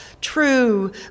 true